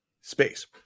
space